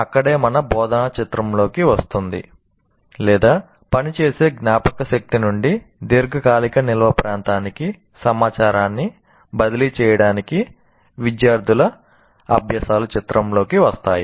అక్కడే మన బోధన చిత్రంలోకి వస్తుంది లేదా పని చేసే జ్ఞాపకశక్తి నుండి దీర్ఘకాలిక నిల్వ ప్రాంతానికి సమాచారాన్ని బదిలీ చేయడానికి విద్యార్థుల అభ్యాసాలు చిత్రంలోకి వస్తాయి